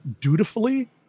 dutifully